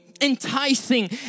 enticing